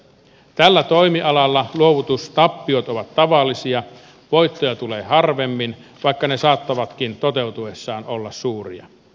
tällä toimialalla luovutustappiot ovat tavallisia voittoja tulee harvemmin vaikka ne saattavatkin toteutuessaan olla suuria